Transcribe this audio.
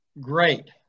great